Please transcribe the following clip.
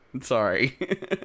Sorry